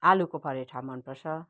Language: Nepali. आलुको परठा मन पर्छ